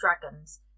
dragons